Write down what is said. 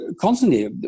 constantly